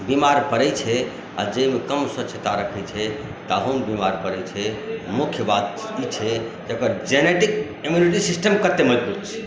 बीमार पड़ैत छै आ जाहिमे कम स्वच्छता रखैत छै ताहूमे बीमार पड़ैत छै मुख्य बात ई छै एकर जेनेटिक इम्यूनिटी सिस्टम कतेक मजबूत छै